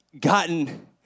gotten